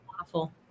Awful